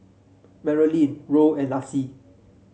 Marolyn Roll and Laci